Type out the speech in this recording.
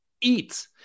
eat